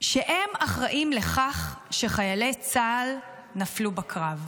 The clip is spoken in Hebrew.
שהן אחראיות לכך שחיילי צה"ל נפלו בקרב.